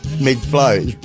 mid-flow